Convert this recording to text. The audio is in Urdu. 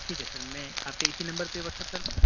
ٹھیک ہے سر میں آپ کے اِسی نمبر پہ واٹسپ کر دوں